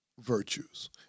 virtues